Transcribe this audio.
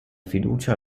fiducia